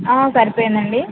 సరిపోయిందండి